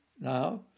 now